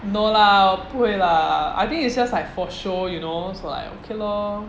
no lah 不会 lah I think it's just like for show you know so like okay lor